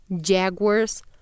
jaguars